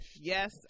Yes